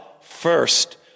first